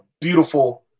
beautiful